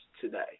today